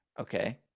Okay